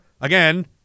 again